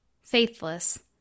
faithless